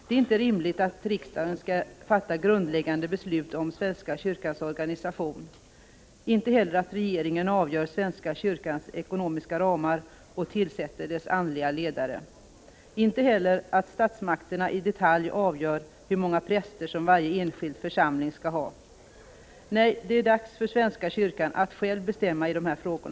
Det är inte rimligt att riksdagen skall fatta grundläggande beslut om svenska kyrkans organisation, inte heller att regeringen avgör svenska kyrkans ekonomiska ramar och tillsätter dess andliga ledare, inte heller att statsmakterna i detalj avgör hur många präster som varje enskild församling skall ha. Nej, det är dags för svenska kyrkan att själv bestämma i dessa frågor.